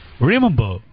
Remember